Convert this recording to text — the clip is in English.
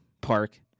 park